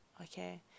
okay